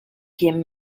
quien